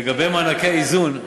לגבי מענקי איזון,